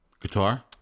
Guitar